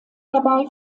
dabei